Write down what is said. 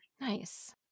Nice